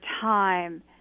time